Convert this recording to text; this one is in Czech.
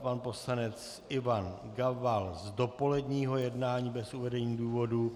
Pan poslanec Ivan Gabal z dopoledního jednání bez uvedení důvodu.